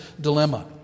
dilemma